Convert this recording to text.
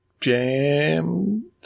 Jam